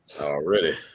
Already